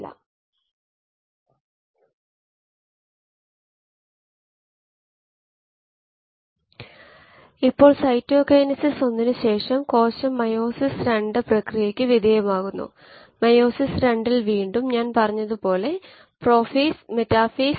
ചെറിയ ഭാഗത്തേക്ക് യിൽഡ് കണക്കാക്കാമെന്നതാണ് ഇത് ചെയ്യുന്നതിൻറെ പ്രയോജനം അതുകൊണ്ടാണ് ഇത് വളരെ ഉപയോഗപ്രദമാകുന്നത് എന്നും ഈ ഭാഗം ചെറുതാണെങ്കിൽ കോൺസ്റ്റൻസി സാധാരണയായി ഒരു നല്ല അനുമാനമാണെന്നും നമുക്കറിയാം